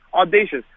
audacious